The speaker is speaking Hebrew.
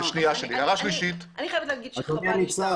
אני חייבת להגיד שחבל לי.